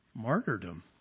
martyrdom